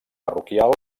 parroquial